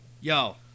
Yo